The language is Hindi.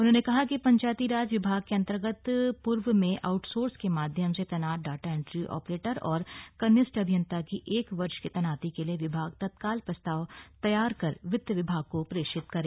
उन्होंने कहा कि पंचायतीराज विभाग के अन्तर्गत पूर्व में आउटसोर्स के माध्यम से तैनात डाटा एन्ट्री ऑपरेटर और कनिष्ठ अभियन्ता की एक वर्ष की तैनाती के लिए विभाग तत्काल प्रस्ताव तैयार कर वित्त विभाग को प्रेषित करें